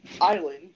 island